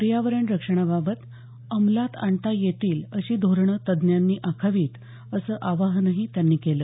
पर्यावरण रक्षणाबाबत अंमलात आणता येतील अशी धोरणं तज्ज्ञांनी आखावीत असं आवाहनही त्यांनी केलं